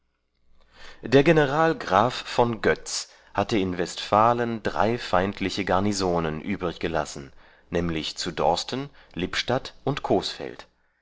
der general graf von götz hatte in westfalen drei feindliche garnisonen übriggelassen nämlich zu dorsten lippstadt und